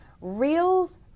Reels